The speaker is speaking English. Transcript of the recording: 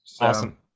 Awesome